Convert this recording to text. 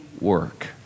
work